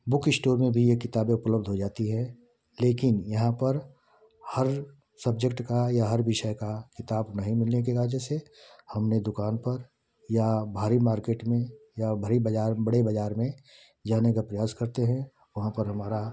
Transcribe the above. book store में भी ये किताबें उपलब्ध हो जाती हैं लेकिन यहाँ पर हर सब्जेक्ट का या हर विषय का किताब नहीं मिलने की वजह से हमने दुकान पर या भारी मार्केट में या भरी बज़ार बड़े बज़ार में जाने का प्रयास करते हैं वहाँ पर हमारा